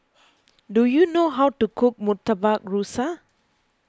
do you know how to cook Murtabak Rusa